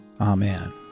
Amen